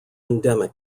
endemic